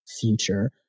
future